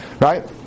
Right